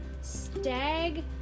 Stag